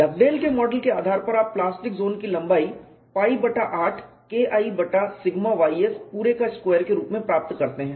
Dugdale के model के आधार पर आप प्लास्टिक जोन की लंबाई पाई बटा 8 KI बटा सिग्मा ys पूरे का स्क्वायर के रूप में प्राप्त करते हैं